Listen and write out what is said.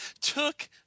took